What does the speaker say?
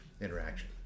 interaction